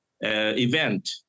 event